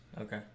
Okay